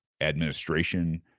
administration